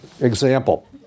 example